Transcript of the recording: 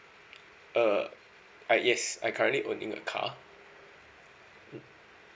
uh I yes I currently owning a car mm